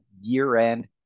year-end